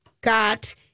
got